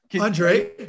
Andre